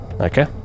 okay